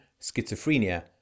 schizophrenia